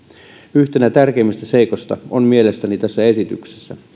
yhtenä tärkeimmistä seikoista on mielestäni tässä esityksessä